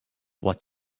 what